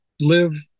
live